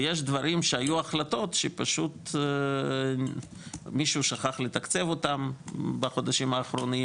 ויש דברים שהיו החלטות שפשוט מישהו שכח לתקצב אותן בחודשים האחרונים,